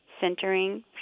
centering